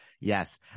Yes